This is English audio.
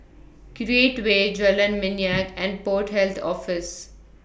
Create Way Jalan Minyak and Port Health Office